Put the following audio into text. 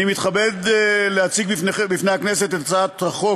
אני מתכבד להציג בפני הכנסת את הצעת החוק